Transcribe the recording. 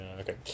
Okay